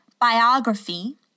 biography